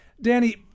Danny